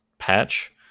patch